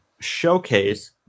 showcase